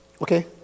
okay